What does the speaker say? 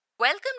Welcome